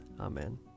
Amen